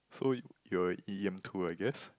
so you were e_m two I guess